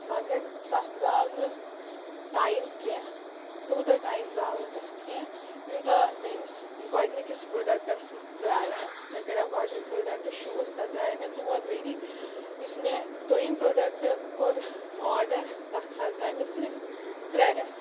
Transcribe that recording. مگر تَتھ درٛاو نہٕ ٹایِم کیٚنٛہہ تیٛوٗتاہ ٹایِم درٛاو نہٕ تَتھ کیٚنٛہہ یوٗتاہ میٛانِس گۄڈٕنِکِس پرٛوڈکٹَس درٛایاو مےٚ کَریو گۄڈٕنُک پرٛوڈکٹہٕ شوٗز تَتھ درٛایو مےٚ ژور ؤری یُس مےٚ دوٚیِم پرٛوڈکٹہٕ کوٚر آرڈَر تَتھ حظ درٛایہِ مےٚ صِرف ترٛےٚ رٮ۪تھ